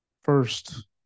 First